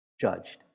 judged